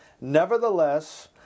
Nevertheless